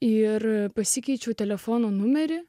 ir pasikeičiau telefono numerį